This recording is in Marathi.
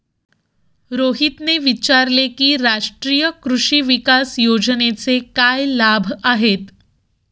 रोहितने विचारले की राष्ट्रीय कृषी विकास योजनेचे काय लाभ आहेत?